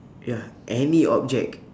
ya any object